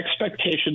expectations